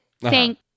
thank